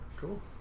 Cool